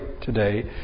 today